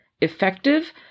effective